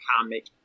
comic